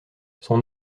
son